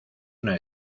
una